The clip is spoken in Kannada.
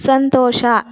ಸಂತೋಷ